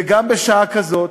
וגם בשעה כזאת,